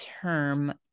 term